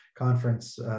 conference